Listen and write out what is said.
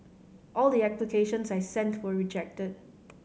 all the applications I sent were rejected